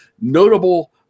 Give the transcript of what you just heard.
Notable